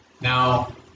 Now